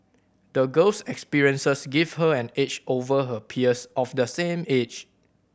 the girl's experiences gave her an edge over her peers of the same age